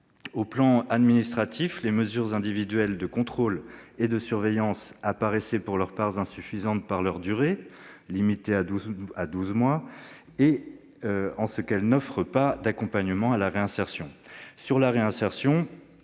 de vue administratif, les mesures individuelles de contrôle et de surveillance paraissent pour leur part insuffisantes parce que leur durée est limitée à douze mois et parce qu'elles n'offrent pas d'accompagnement à la réinsertion.